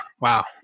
Wow